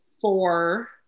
four